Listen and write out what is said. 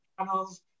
channels